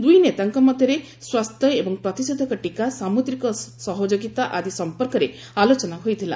ଦୁଇ ନେତାଙ୍କ ମଧ୍ୟରେ ସ୍ୱାସ୍ଥ୍ୟ ଏବଂ ପ୍ରତିଷେଧକ ଟୀକା ସାମୁଦ୍ରିକ ସୟଯୋଗିତା ଆଦି ସମ୍ପର୍କରେ ଆଲୋଚନା ହୋଇଥିଲା